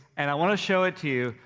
and i wanna show it to you.